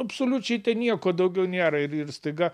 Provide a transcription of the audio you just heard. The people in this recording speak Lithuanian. absoliučiai nieko daugiau nėra ir ir staiga